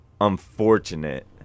unfortunate